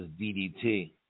DDT